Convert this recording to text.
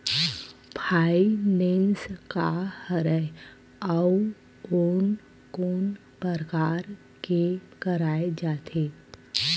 Finance का हरय आऊ कोन कोन प्रकार ले कराये जाथे?